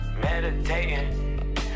Meditating